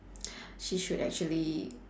she should actually